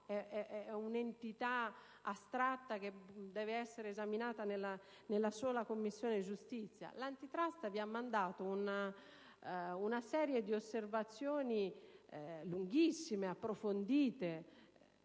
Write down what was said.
È un'entità astratta che deve essere esaminata nella sola Commissione giustizia? L'Autorità *antitrust* vi ha mandato una serie di osservazioni lunghissime e approfondite,